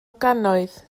gannoedd